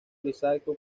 grisáceo